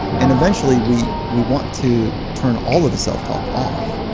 and eventually, we we want to turn all of the self talk off.